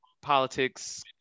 politics